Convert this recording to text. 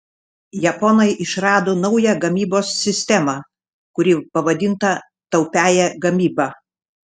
japonai išrado naują gamybos sistemą kuri pavadinta taupiąja gamyba